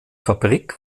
fabrik